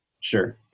Sure